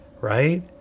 right